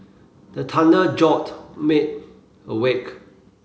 the thunder jolt me awake